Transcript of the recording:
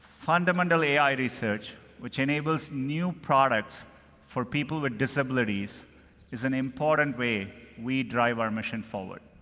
fundamentally ai research which enables new products for people with disabilities is an important way we drive our mission forward.